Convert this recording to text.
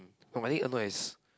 for my league I know is